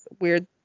weird